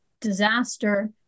disaster